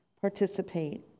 participate